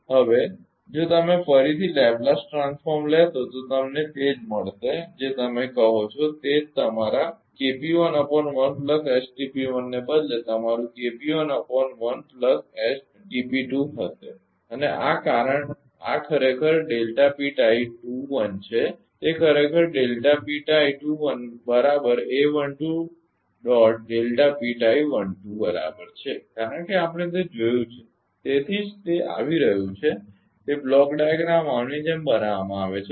હવે જો તમે ફરીથી લેપ્લેસ ટ્રાંસફોર્મ લેશો તો તમને તે જ મળશે જે તમે કહો છો તે જ તમારા ને બદલે તમારું હશે અને આ ખરેખર છે તે ખરેખર બરાબર છે બરાબર આપણે તે જોયું છે તેથી જ તે આવી રહ્યું છે તે બ્લોક ડાયાગ્રામ આની જેમ બનાવવામાં આવે છે અને